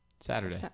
Saturday